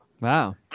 Wow